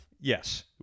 Yes